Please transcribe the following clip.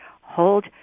Hold